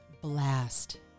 blast